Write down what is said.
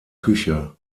küche